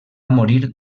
morir